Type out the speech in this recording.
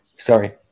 sorry